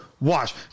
watch